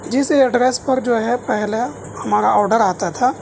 جس ایڈریس پر جو ہے پہلے ہمارا آڈر آتا تھا